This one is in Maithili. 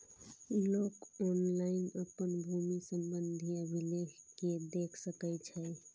लोक ऑनलाइन अपन भूमि संबंधी अभिलेख कें देख सकै छै